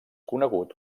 conegut